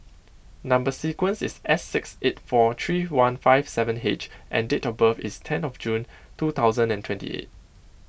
Number Sequence is S six eight four three one five seven H and date of birth is ten of June two thousand and twenty eight